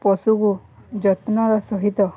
ପଶୁକୁ ଯତ୍ନର ସହିତ